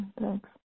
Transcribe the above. Thanks